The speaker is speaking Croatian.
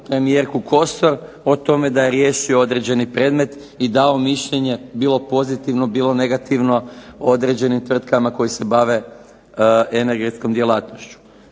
premijerku Kosor o tome da je riješio određeni predmet i dao mišljenje, bilo pozitivno, bilo negativno određenim tvrtkama koje se bave energetskom djelatnošću.